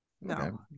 no